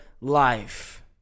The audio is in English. life